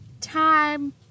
time